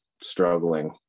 struggling